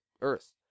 Earth